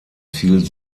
fiel